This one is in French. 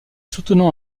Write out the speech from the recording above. soutenant